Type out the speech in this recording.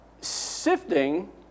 sifting